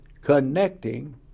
connecting